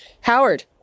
Howard